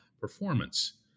performance